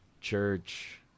church